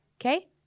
Okay